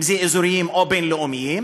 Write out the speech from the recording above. אם אזוריים או בין-לאומיים.